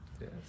Yes